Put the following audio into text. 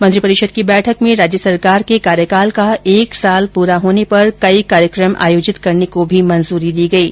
मंत्रिपरिषद की बैठक में राज्य सरकार के कार्यकाल का एक साल पूरा होने पर कई कार्यक्रम आयोजित करने को भी मंजूरी दी गयी